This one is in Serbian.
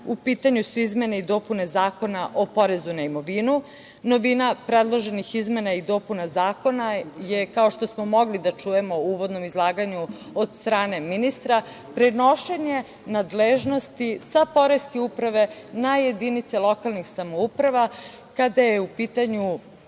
u pitanju su izmene i dopune Zakona o porezu na imovinu. Novina predloženih izmena i dopuna zakona je kao što smo mogli i da čujemo u uvodnom izlaganju od strane ministra, prenošenje nadležnosti sa poreske uprave na jedinice lokalne samouprave kada je u pitanju